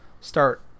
start